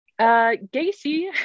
gacy